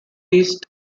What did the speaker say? east